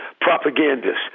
propagandists